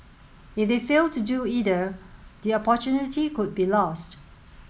if they fail to do either the opportunity could be lost